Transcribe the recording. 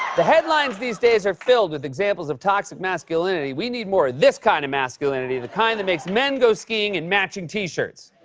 the headlines these days are filled with examples of toxic masculinity. we need more of this kind of masculinity the kind that makes men go skiing in matching t-shirts.